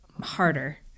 harder